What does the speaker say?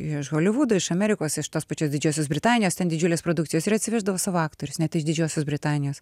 iš holivudo iš amerikos iš tos pačios didžiosios britanijos ten didžiulės produkcijos ir atsiveždavo savo aktorius net iš didžiosios britanijos